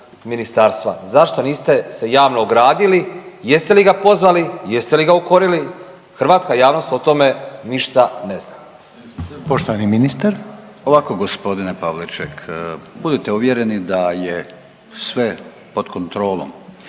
ministarstva. Zašto niste se javno ogradili? Jeste li ga pozvali, jeste li ga ukorili? Hrvatska javnost o tome ništa ne zna. **Reiner, Željko (HDZ)** Poštovani ministar. **Grlić Radman, Gordan (HDZ)** Ovako gospodine Pavliček, budite uvjereni da je sve pod kontrolom.